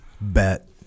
bet